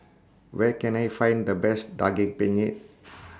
Where Can I Find The Best Daging Penyet